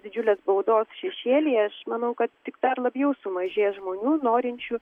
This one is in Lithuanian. didžiulės baudos šešėlyje aš manau kad tik dar labiau sumažės žmonių norinčių